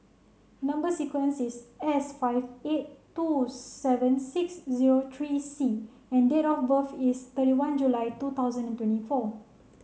number sequence is S five eight two seven six zero three C and date of birth is thirty one July two thousand and twenty four